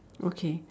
okay